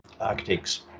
architects